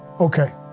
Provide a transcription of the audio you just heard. Okay